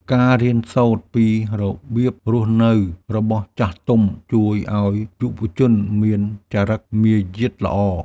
ការរៀនសូត្រពីរបៀបរស់នៅរបស់ចាស់ទុំ ជួយឱ្យយុវជនមានចរិតមារយាទល្អ។